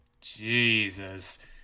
Jesus